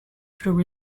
through